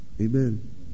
Amen